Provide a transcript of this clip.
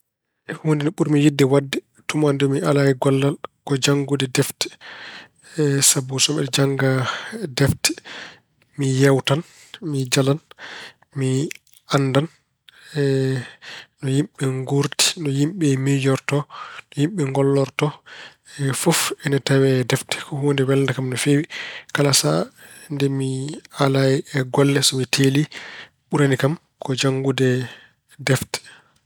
Huunde nde ɓurmi yiɗde waɗde tuma nde mi alaa e gollal ko janngude defte. Sabu so miɗa jannga defte, mi yeewtan, mi jalan, mi anndan no yimɓe nguurdi, no yimɓe miijorto, no yimɓe ngollorto. Fof ina tawee e defte. Ko huunde welnde kam no feewi. Kala sahaa nde mi alaa e golle so mi teeli, ɓurani kam ko janngude defte.